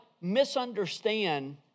misunderstand